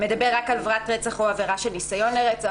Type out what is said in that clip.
מדבר רק על עבירת רצח או עבירה של ניסיון לרצח.